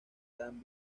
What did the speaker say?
gran